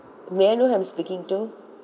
may I know who I'm speaking to